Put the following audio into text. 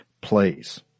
plays